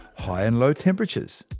high and low temperatures,